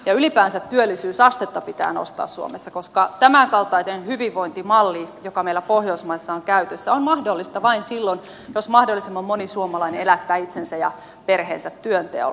ylipäänsä työllisyysastetta pitää nostaa suomessa koska tämänkaltainen hyvinvointimalli joka meillä pohjoismaissa on käytössä on mahdollista vain silloin jos mahdollisimman moni suomalainen elättää itsensä ja perheensä työnteolla